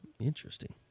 Interesting